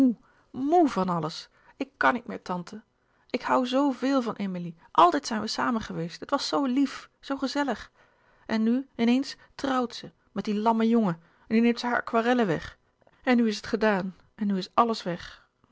moê van alles ik kan niet meer tante ik hoû zoo veel van emilie altijd zijn we samen geweest het was zoo lief zoo gezellig en nu in eens trouwt ze met dien lammen jongen en nu neemt ze haar aquarellen weg en nu is het gedaan en nu is àlles weg